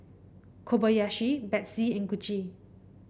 Kobayashi Betsy and Gucci